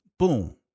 Boom